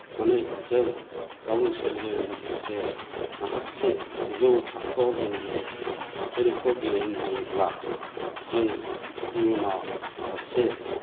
नानै जों गावनि सोलोजों लोगोसे माखासे गोजौ थाखोआव जों जुदि जोलुरखौ गेलेहैनो हायोब्ला जों इउनाव सासे